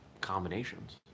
combinations